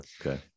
Okay